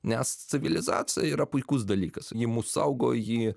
nes civilizacija yra puikus dalykas ji mus saugo ji